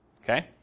Okay